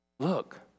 Look